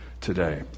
today